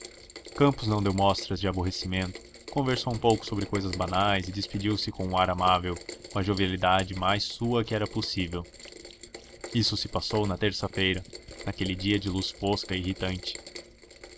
campos não deu mostras de aborrecimento conversou um pouco sobre cousas banais e despediu-se com o ar amável com a jovialidade mais sua que era possível isto se passou na terça-feira naquele dia de luz fosca e irritante